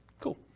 Cool